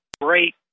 great